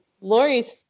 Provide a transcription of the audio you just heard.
Lori's